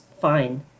fine